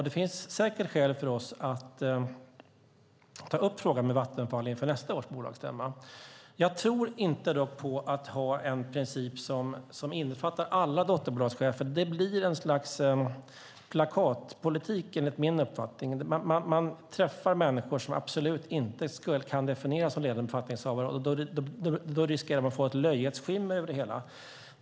Det finns säkert skäl för oss att ta upp frågan med Vattenfall inför nästa års bolagsstämma. Jag tror inte på att ha en princip som innefattar alla dotterbolagschefer. Det blir enligt min uppfattning ett slags plakatpolitik. Man träffar människor som man absolut inte kan definiera som ledande befattningshavare. Då riskerar man att få ett löjets skimmer över det hela.